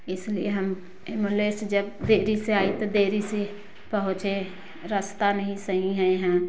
इसलिए हम इमलेय जब देरी आई तो देरी से पहुँचे रास्ता नहीं सही यहाँ